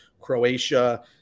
Croatia